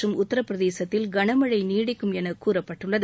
மற்றும் உத்தரப்பிரதேசத்தில் கனமழை நீடிக்கும் என கூறப்பட்டுள்ளது